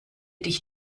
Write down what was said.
dich